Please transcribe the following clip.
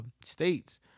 states